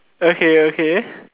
okay okay